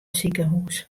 sikehús